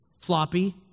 Floppy